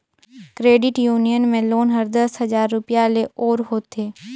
credit union में loan हर दस हजार रूपिया ले ओर होथे